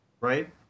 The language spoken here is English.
right